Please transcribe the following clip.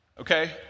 okay